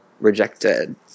rejected